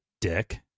dick